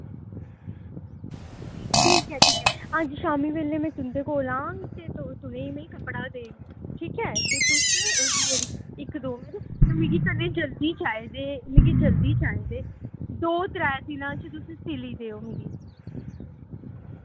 ठीक ऐ ठीक ऐ अज्ज शाम्मी बेल्लै मैं तुंदे कोल आंग ते तुसें मैं कपड़ा देंग ठीक ऐ ते तुस मेरी इक दो ते मिगी कन्नै जल्दी चाहिदे मिगी जल्दी चाहिदे दो त्रै दिनां च तुस सिली दिओ मिगी